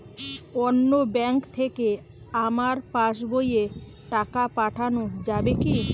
অন্য ব্যাঙ্ক থেকে আমার পাশবইয়ে টাকা পাঠানো যাবে কি?